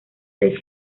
seis